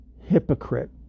hypocrite